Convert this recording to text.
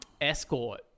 escort